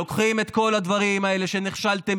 אתם לוקחים את כל הדברים האלה שנכשלתם